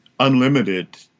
unlimited